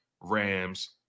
Rams